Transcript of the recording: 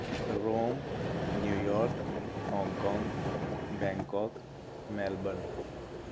room New York Hong Kong Bangkok Melbourne